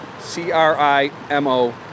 C-R-I-M-O